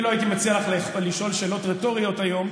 אני לא הייתי מציע לך לשאול שאלות רטוריות היום,